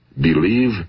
believe